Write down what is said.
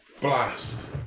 Blast